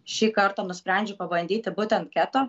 šį kartą nusprendžiau pabandyti būtent keto